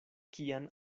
kian